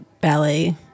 ballet